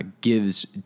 gives